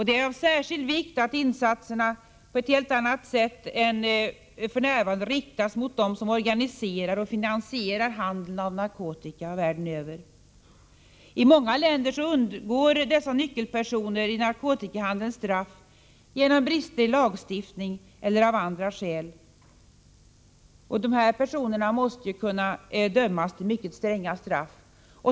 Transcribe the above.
Det är av särskilt stor vikt att insatserna på ett helt annat sätt än f. n. riktas mot dem som organiserar och finansierar handeln av narkotika världen över. I många länder undgår dessa nyckelpersoner i narkotikahandeln straff på grund av brister i lagstiftningen eller av andra skäl. Dessa personer måste kunna dömas till mycket stränga straff.